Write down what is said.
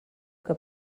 que